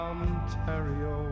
Ontario